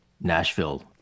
Nashville